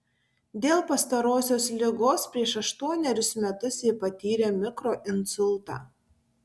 dėl pastarosios ligos prieš aštuonerius metus ji patyrė mikroinsultą